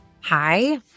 Hi